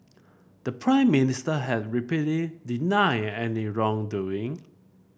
the Prime Minister has repeatedly denied any wrongdoing